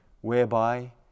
whereby